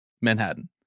manhattan